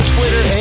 Twitter